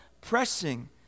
pressing